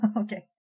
Okay